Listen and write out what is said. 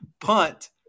punt